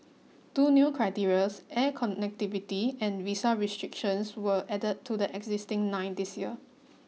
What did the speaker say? two new criterias air connectivity and visa restrictions were added to the existing nine this year